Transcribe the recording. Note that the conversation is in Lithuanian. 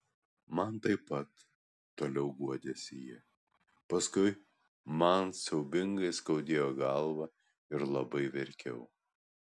man taip pat toliau guodėsi ji paskui man siaubingai skaudėjo galvą ir labai verkiau